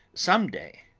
some day.